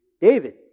David